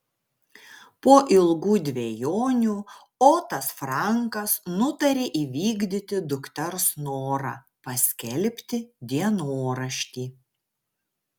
po ilgų dvejonių otas frankas nutarė įvykdyti dukters norą paskelbti dienoraštį